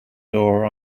door